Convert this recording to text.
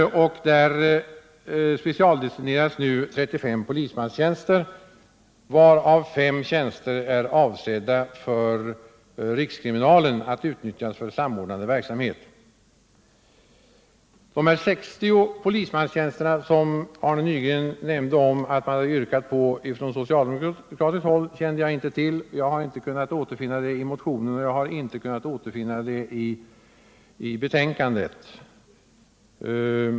Där specialdestineras nu 35 polis 13 april 1978 manstjänster, varav 5 tjänster är avsedda för rikskriminalen att utnyttjas för samordnande verksamhet. De 60 polismanstjänster, som Arne Nygren nämnde att man från socialdemokratiskt håll yrkat på, känner jag inte till. Jag har inte kunnat återfinna detta i motionen och inte heller i betänkandet.